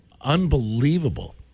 unbelievable